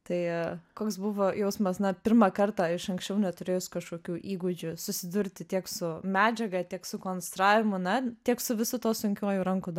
tai koks buvo jausmas na pirmą kartą iš anksčiau neturėjus kažkokių įgūdžių susidurti tiek su medžiaga tiek su konstravimu na tiek su visu tuo sunkiuoju rankų darbu